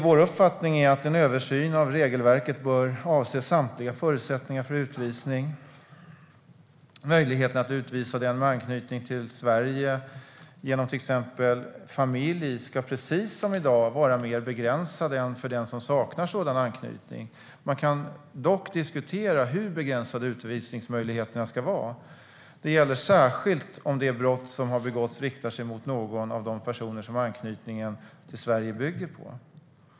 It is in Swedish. Vår uppfattning är att en översyn av regelverket bör avse samtliga förutsättningar för utvisning. Möjligheterna att utvisa den med anknytning till Sverige, till exempel genom familj, ska precis som i dag vara mer begränsade än för den som saknar sådan anknytning. Man kan dock diskutera hur begränsade utvisningsmöjligheterna ska vara. Det gäller särskilt om det brott som har begåtts riktar sig mot någon av de personer som anknytningen till Sverige bygger på.